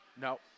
No